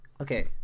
Okay